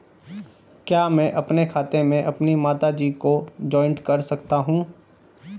क्या मैं अपने खाते में अपनी माता जी को जॉइंट कर सकता हूँ?